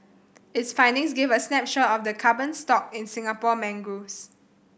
its findings give a snapshot of the carbon stock in Singapore mangroves